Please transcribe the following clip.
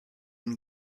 and